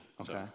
okay